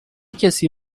کسی